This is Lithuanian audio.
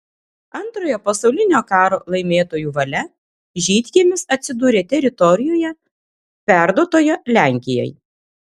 antrojo pasaulinio karo laimėtojų valia žydkiemis atsidūrė teritorijoje perduotoje lenkijai